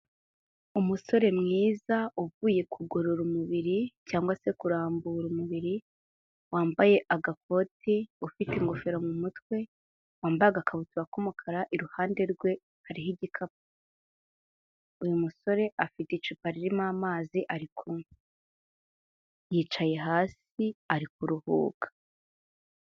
Umusore mwiza uvuye kugorora umubiri cyangwa se kurambura umubiri wambaye agakoti, ufite ingofero mu mutwe, wambaye akabutura k'umukara, iruhande rwe hariho igikapu. Uyu musore afite icupa ririmo amazi ari kunywa, yicaye hasi ari kuruhuka.